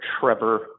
Trevor